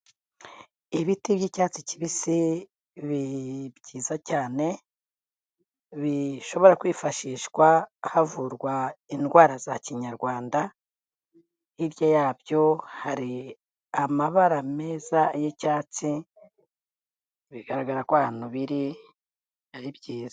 Ibiti by'icyatsi kibisi byiza cyane, bishobora kwifashishwa havurwa indwara za kinyarwanda, hirya yabyo hari amabara meza y'icyatsi, bigaragara ko ahantu biri ari byiza.